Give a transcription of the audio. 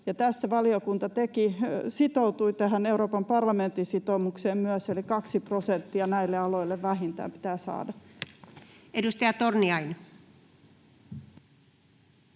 Tässä valiokunta sitoutui myös tähän Euroopan parlamentin sitoumukseen, eli 2 prosenttia näille aloille vähintään pitää saada. Edustaja Torniainen.